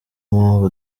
mpamvu